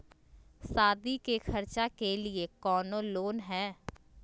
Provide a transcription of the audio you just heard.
सादी के खर्चा के लिए कौनो लोन है?